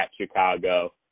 Chicago